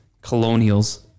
Colonials